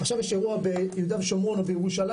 עכשיו יש אירוע ביהודה ושומרון או בירושלים